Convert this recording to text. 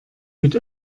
mit